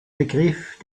begriff